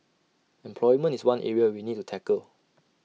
employment is one area we need to tackle